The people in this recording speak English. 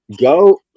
go